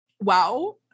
Wow